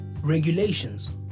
Regulations